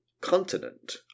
continent